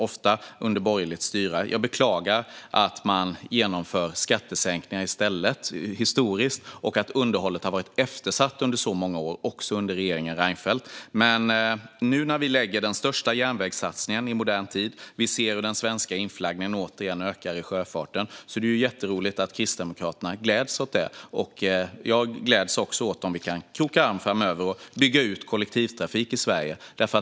Jag beklagar att man historiskt sett har genomfört skattesänkningar i stället och att underhållet varit eftersatt under många år - också under regeringen Reinfeldt. Nu när vi gör den största järnvägssatsningen i modern tid och ser hur den svenska inflaggningen återigen ökar i sjöfarten är det jätteroligt att Kristdemokraterna gläds åt det. Jag gläds också åt om vi kan kroka arm framöver och bygga ut kollektivtrafiken i Sverige.